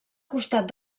costat